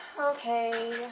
Okay